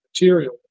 material